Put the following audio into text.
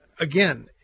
Again